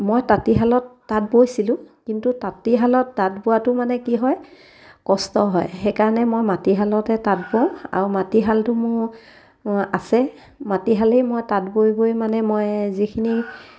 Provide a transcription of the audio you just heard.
মই তাঁতীশালত তাঁত বৈছিলোঁ কিন্তু তাঁতিশালত তাঁত বোৱাটো মানে কি হয় কষ্ট হয় সেইকাৰণে মই মাটিশালতে তাঁত বওঁ আৰু মাটিশালটো মোৰ আছে মাটিশালেই মই তাঁত বৈ বৈ মানে মই যিখিনি